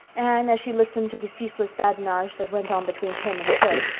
anne, as she listened to the ceaseless badinage that went on between him and phil,